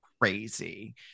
crazy